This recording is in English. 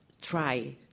try